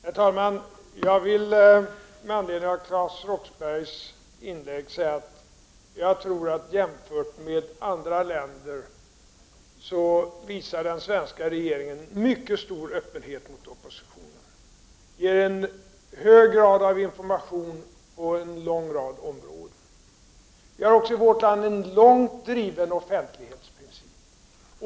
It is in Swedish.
Herr talman! Med anledning av Claes Roxberghs inlägg vill jag säga att jag tror att jämfört med regeringarna i andra länder visar den svenska regeringen mycket stor öppenhet mot oppositionen. Regeringen lämnar en hög grad av information på en lång rad områden. Vi har också i vårt land en långt driven offentlighetsprincip.